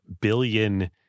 billion